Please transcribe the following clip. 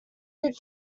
did